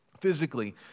Physically